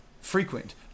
frequent